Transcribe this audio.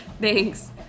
Thanks